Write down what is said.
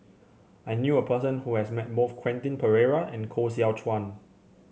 I knew a person who has met both Quentin Pereira and Koh Seow Chuan